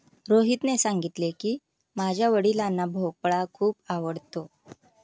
रोहितने सांगितले की, माझ्या वडिलांना भोपळा खूप आवडतो